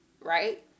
Right